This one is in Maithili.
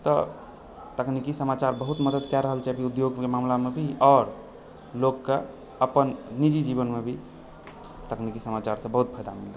तऽ तकनीकि समाचार बहुत मदति कए रहल छै उद्योगके मामलामे भी आओर लोककेँ अपन निजी जीवनमे भी तकनीकि समाचारसँ बहुत फायदा मिल रहल छै